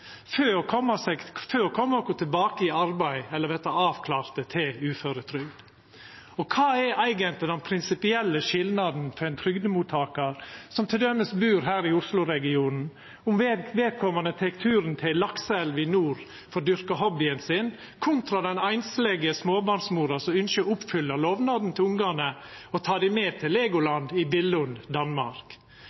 å koma oss tilbake i arbeid eller verta avklarte til uføretrygd. Og kva er eigentleg den prinsipielle skilnaden for ein trygdemottakar som t.d. bur her i Osloregionen, om vedkomande tek turen til ei lakseelv i nord for å dyrka hobbyen sin, kontra den einslege småbarnsmora som ynskjer å oppfylla lovnaden til ungane om å ta dei med til Legoland i Billund, Danmark